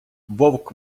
вовк